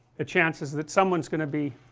the chances that someone's going to be,